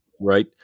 Right